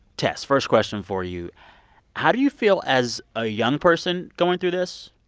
tess, first question for you how do you feel as a young person going through this?